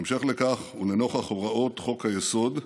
בהמשך לכך, ולנוכח הוראות חוק-היסוד,